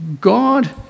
God